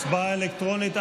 הצבעה אלקטרונית.